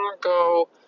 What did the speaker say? go